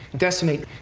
decimate.